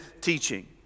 teaching